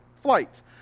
flights